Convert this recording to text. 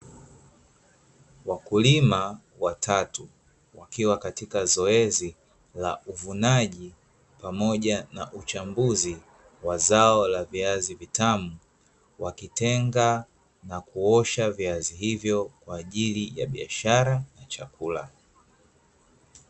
Wakulima watatu, wakiwa katika zoezi la uvunaji pamoja na uchambuzi, wa zao la viazi vitamu, wakitenga na kuosha viazi hivyo, kwa ajili ya biashara na chakula.